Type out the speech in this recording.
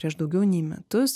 prieš daugiau nei metus